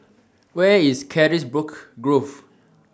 Where IS Carisbrooke Grove